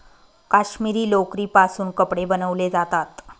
काश्मिरी लोकरीपासून कपडे बनवले जातात